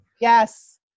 yes